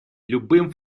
любым